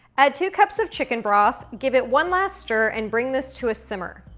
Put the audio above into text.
add two cups of chicken broth, give it one last stir and bring this to a simmer.